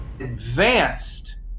advanced